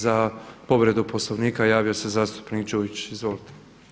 Za povredu Poslovnika javio se zastupnik Đujić, izvolite.